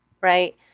right